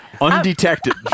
Undetected